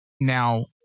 now